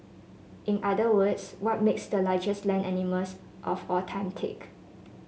in other words what makes the largest land animals of all time tick